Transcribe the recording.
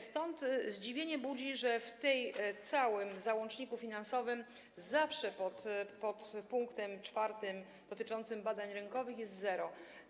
Stąd zdziwienie budzi fakt, że w tym całym załączniku finansowym zawsze pod pkt 4 dotyczącym badań rynkowych jest zero.